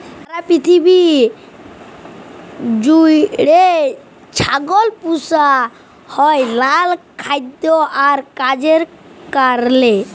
সারা পিথিবী জুইড়ে ছাগল পুসা হ্যয় লালা খাইদ্য আর কাজের কারলে